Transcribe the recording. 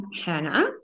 Hannah